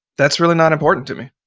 that's really not important to me,